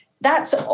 thats